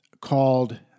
called